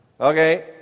Okay